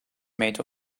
made